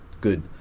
good